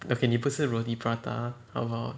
okay 你不吃 roti prata how about